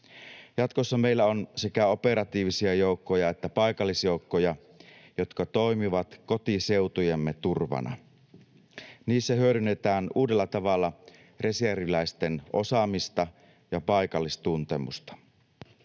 Jatkossa meillä on sekä operatiivisia joukkoja että paikallisjoukkoja, jotka toimivat kotiseutujemme turvana. Niissä hyödynnetään uudella tavalla reserviläisten osaamista ja paikallistuntemusta.